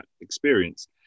experience